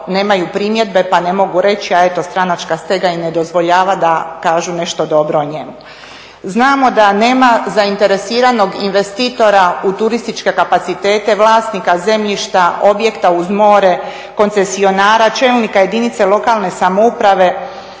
Znamo da nema zainteresiranog investitora u turističke kapacitete, vlasnika zemljišta objekta uz more, koncesionara, čelnika jedinice lokalne samouprave,